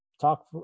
talk